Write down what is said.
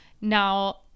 now